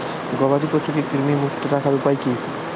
গবাদি পশুকে কৃমিমুক্ত রাখার উপায় কী?